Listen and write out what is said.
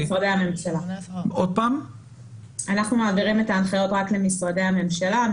אנחנו מעבירים את ההנחיות רק למשרדי הממשלה.